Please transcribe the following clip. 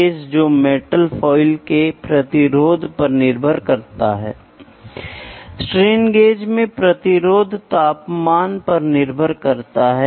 दूसरी बात यह है कि मैं चाहता हूं कि आप यह भी समझने की कोशिश करें कि हम आपकी त्वचा की कोमलता को कैसे निर्धारित करते हैं